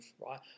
right